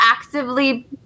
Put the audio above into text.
Actively